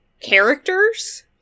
characters